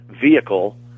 vehicle